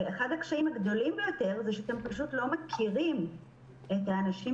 אחד הקשיים הגדולים ביותר הוא שאתם פשוט לא מכירים את האנשים